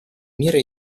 мира